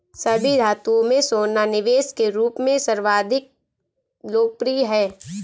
सभी धातुओं में सोना निवेश के रूप में सर्वाधिक लोकप्रिय है